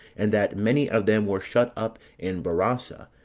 and that many of them were shut up in barasa,